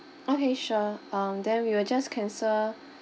okay sure um then we will just cancel